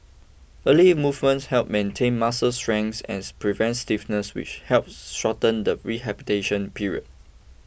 early movement helps maintain muscle strength and prevents stiffness which helps shorten the rehabilitation period